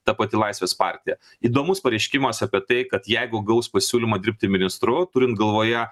ta pati laisvės partija įdomus pareiškimas apie tai kad jeigu gaus pasiūlymą dirbti ministru turint galvoje